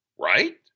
Right